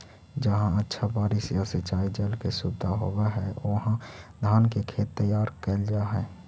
जहाँ अच्छा बारिश या सिंचाई जल के सुविधा होवऽ हइ, उहाँ धान के खेत तैयार कैल जा हइ